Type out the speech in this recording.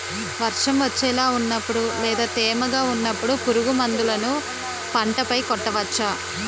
వర్షం వచ్చేలా వున్నపుడు లేదా తేమగా వున్నపుడు పురుగు మందులను పంట పై కొట్టవచ్చ?